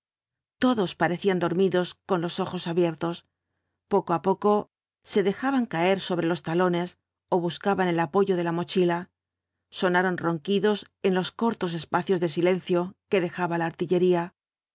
todos parecían dormidos con los ojos abiertos poco á poco se dejaban caer sobre los talones ó buscaban el apoyo de la mochila sonaron ronquidos en los cortos espacios de silencio que dejaba la artillería